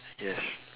yes